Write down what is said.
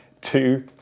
two